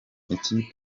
ikipe